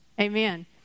Amen